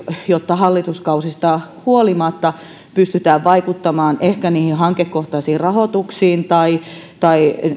jotta hallituskausista huolimatta pystytään ehkä vaikuttamaan niihin hankekohtaisiin rahoituksiin tai tai